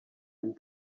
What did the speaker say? and